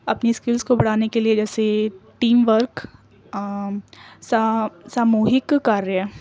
اپنی اسکلس کو بڑھانے کے لیے جیسے ٹیم ورک سا ساموہک کاریہ